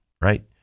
right